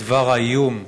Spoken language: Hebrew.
בדבר האיום,